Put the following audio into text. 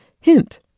Hint